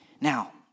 Now